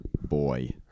Boy